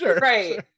right